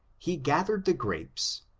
he gathered the grapes,